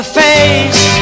face